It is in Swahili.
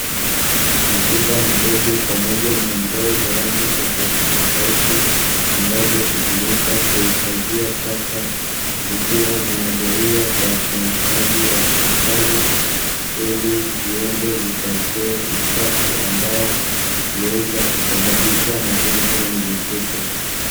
Mapipa madogo pamoja na ndoo za rangi tofautitofauti, ambazo hutumika kuhifadhia taka, zikiwa zinagawika kwa wafanyakazi wa hospitali ili ziende zikawekewe uchafu ambao huweza kusababisha magonjwa ya mlipuko.